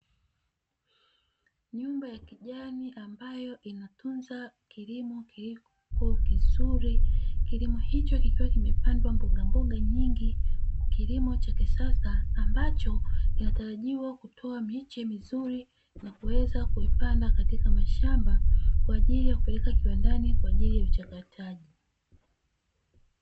Nyumba ya kijani ambayo inatunza kilimo kikuu kizuri, kilimo hicho kikiwa kimepandwa mboga nyingi kilimo cha kisasa, ambacho yatarajiwa kutoa miche mizuri na kuweza kuipanda katika mashamba, kwa ajili ya kupeleka kiwandani kwa ajili ya uchakataji.